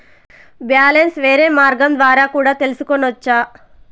Balance వేరే మార్గం ద్వారా కూడా తెలుసుకొనొచ్చా?